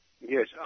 Yes